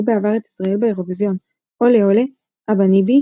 בעבר את ישראל באירוויזיון "עולה עולה",